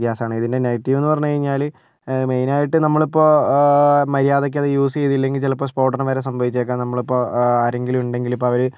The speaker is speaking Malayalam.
ഗ്യാസാണ് ഇതിൻ്റെ നെഗറ്റീവ് എന്ന് പറഞ്ഞു കഴിഞ്ഞാൽ മെയിൻ ആയിട്ട് നമ്മൾ ഇപ്പോൾ മര്യാദക്ക് അത് യൂസ് ചെയ്തില്ലെങ്കിൽ ചിലപ്പോൾ സ്ഫോടനം വരെ സംഭവിച്ചേക്കാം നമ്മൾ ഇപ്പോൾ ആരെങ്കിലും ഉണ്ടെങ്കിൽ ഇപ്പോൾ അവർ